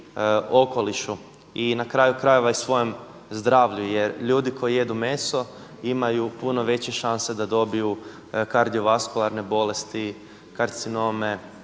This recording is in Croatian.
I na kraju krajeva i svojem zdravlju jer ljudi koji jedu meso imaju puno veće šanse da dobiju kardiovaskularne bolesti, karcinome